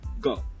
Go